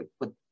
put